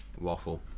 waffle